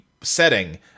setting